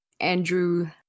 Andrew